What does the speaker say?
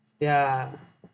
ya